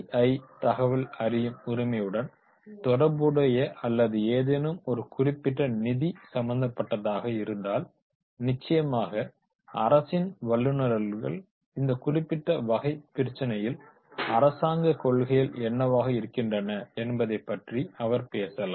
RTI தகவல் அறியும் உரிமையுடன் தொடர்புடைய அல்லது ஏதேனும் ஒரு குறிப்பிட்ட நிதி சம்பந்தப்பட்டதாக இருந்தால் நிச்சயமாக அரசின் வல்லுனர்கள் இந்த குறிப்பிட்ட வகைப் பிரச்சினையில் அரசாங்கக் கொள்கைகள் என்னவாக இருக்கின்றன என்பதைப் பற்றி அவர் பேசலாம்